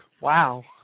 Wow